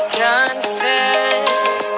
confess